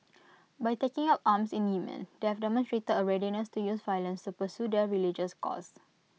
by taking up arms in Yemen they have demonstrated A readiness to use violence to pursue their religious cause